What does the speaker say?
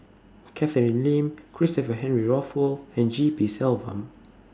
Catherine Lim Christopher Henry Rothwell and G P Selvam